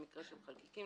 במקרה של חלקיקים,